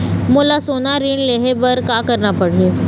मोला सोना ऋण लहे बर का करना पड़ही?